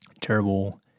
terrible